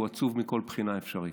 הוא עצוב מכל בחינה אפשרית.